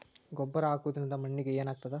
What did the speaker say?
ಗೊಬ್ಬರ ಹಾಕುವುದರಿಂದ ಮಣ್ಣಿಗೆ ಏನಾಗ್ತದ?